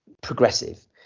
progressive